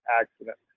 accident